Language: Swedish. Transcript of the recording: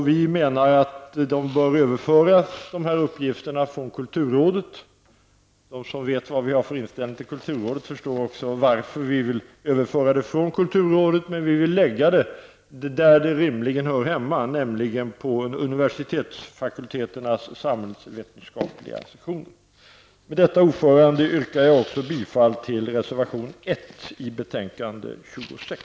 Vi menar att dessa uppgifter bör överföras från kulturrådet -- de som vet vad vi har för inställning till kulturrådet förstår också varför -- till den plats där de rimligen hör hemma, nämligen vid universitetsfakulteternas samhällsvetenskapliga sektioner. Med detta, fru talman, yrkar jag också bifall till reservation 1 till betänkande 26.